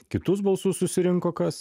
kitus balsus susirinko kas